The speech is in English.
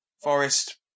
Forest